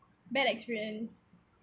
bad experience